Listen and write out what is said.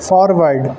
forward